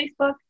Facebook